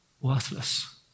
worthless